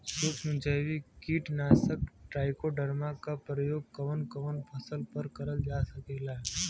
सुक्ष्म जैविक कीट नाशक ट्राइकोडर्मा क प्रयोग कवन कवन फसल पर करल जा सकेला?